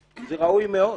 זה ראוי מאוד.